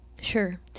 Sure